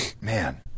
man